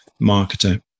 marketer